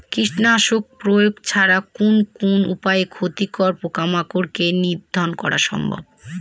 কীটনাশক প্রয়োগ ছাড়া কোন কোন উপায়ে ক্ষতিকর পোকামাকড় কে নিধন করা সম্ভব?